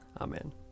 Amen